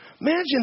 Imagine